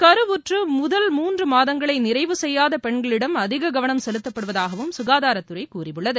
கருவற்று முதல் மூன்று மாதங்களை நிறைவு செய்யாத பெண்களிடம் அதிக கவனம் செலுத்தப்படுவதாகவும் குகாதாரத் துறை கூறியுள்ளது